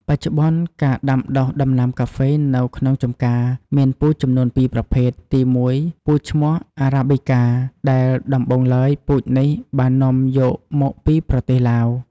បច្ចុប្បន្នការដាំដុះដំណាំកាហ្វេនៅក្នុងចម្ការ មានពូជចំនួនពីប្រភេទ ទីមួយពូជឈ្មោះ Arabica ដែលដំបូងឡើយពូជនេះបាននាំយកមកពីប្រទេសឡាវ។